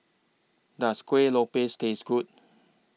Does Kuih Lopes Taste Good